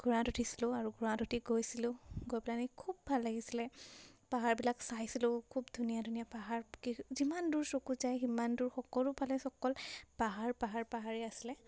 ঘোঁৰাত উঠিছিলোঁ আৰু ঘোঁৰাত উঠি গৈছিলোঁ গৈ পেলাহেনি খুব ভাল লাগিছিলে পাহাৰবিলাক চাইছিলোঁ খুব ধুনীয়া ধুনীয়া পাহাৰ যিমান দূৰ চকু যায় সিমান দূৰ সকলোফালে অকল পাহাৰ পাহাৰ পাহাৰেই আছিলে